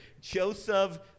Joseph